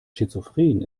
schizophren